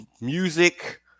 music